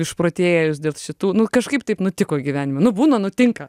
išprotėjus dėl šitų nu kažkaip taip nutiko gyvenime nu būna nutinka